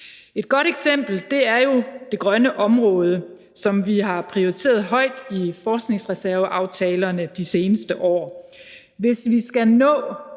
Et godt eksempel er jo det grønne område, som vi har prioriteret højt i forskningsreserveaftalerne de seneste år. Hvis vi skal nå